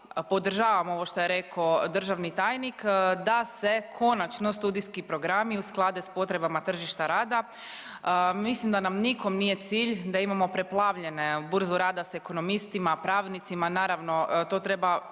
podržavam ovo što je rekao državni tajnik da se konačno studijski programi usklade sa potrebama tržišta rada. Mislim da nam nikom nije cilj da imamo preplavljene burzu rada sa ekonomistima, pravnicima. Naravno to treba